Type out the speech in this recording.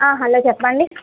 hello చెప్పండి